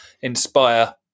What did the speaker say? inspire